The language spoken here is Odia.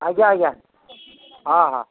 ଆଜ୍ଞା ଆଜ୍ଞା ହଁ ହଁ